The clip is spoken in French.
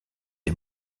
est